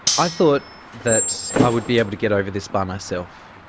i thought that i would be able to get over this by myself,